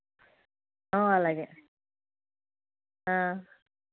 అలాగే